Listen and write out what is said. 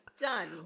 Done